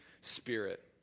Spirit